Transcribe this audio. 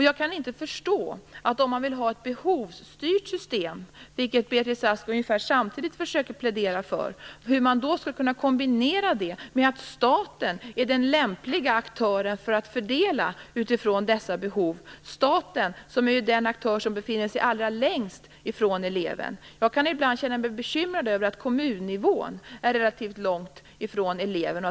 Jag kan inte förstå hur man skall kunna kombinera ett behovsstyrt system, vilket Beatrice Ask ungefär samtidigt försöker plädera för, med att staten är den lämpliga aktören för att fördela utifrån dessa behov. Staten är ju den aktör som befinner sig allra längst från eleven. Jag kan ibland känna mig bekymrad över att kommunnivån är relativt långt från eleven.